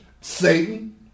Satan